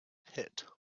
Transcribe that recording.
pit